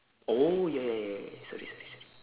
oh ya ya ya ya sorry sorry sorry